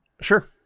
sure